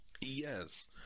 yes